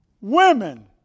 Women